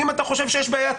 אם אתה חושב שיש בעיה,